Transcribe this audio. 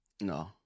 No